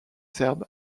serbe